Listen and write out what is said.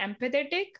empathetic